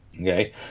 okay